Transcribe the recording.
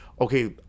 okay